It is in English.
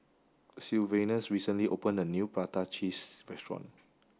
Sylvanus recently opened a new prata cheese restaurant